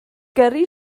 gyrru